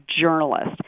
journalist